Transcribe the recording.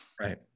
Right